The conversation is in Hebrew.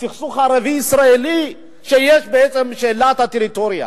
הסכסוך הערבי ישראלי, שיש בעצם שאלת הטריטוריה,